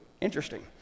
interesting